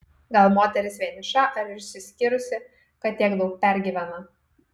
gal moteris vieniša ar išsiskyrusi kad tiek daug pergyvena